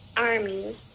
army